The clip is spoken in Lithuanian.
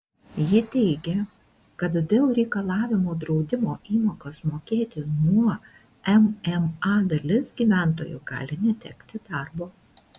ji teigė kad dėl reikalavimo draudimo įmokas mokėti nuo mma dalis gyventojų gali netekti darbo